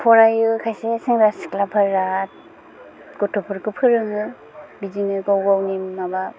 फरायो खायसे सेंग्रा सिख्लाफोरा गथ'फोरखौ फोरोङो बिदिनो गाव गावनि माबा